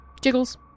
Jiggles